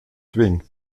swing